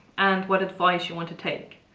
and what advice you want to take.